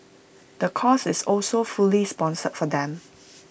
the course is also fully sponsored for them